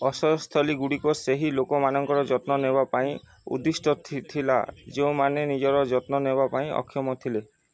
ଆଶ୍ରୟସ୍ଥଳିଗୁଡ଼ିକ ସେହି ଲୋକମାନଙ୍କର ଯତ୍ନ ନେବା ପାଇଁ ଉଦ୍ଦିଷ୍ଟ ଥି ଥିଲା ଯେଉଁମାନେ ନିଜର ଯତ୍ନ ନେବା ପାଇଁ ଅକ୍ଷମ ଥିଲେ